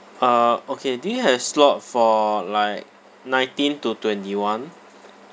uh okay do you have slot for like nineteen to twenty one